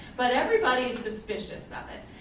but everybody is suspicious of it.